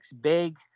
big